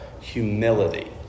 humility